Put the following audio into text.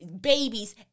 babies